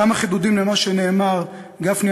כמה חידודים למה שנאמר: גפני,